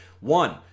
One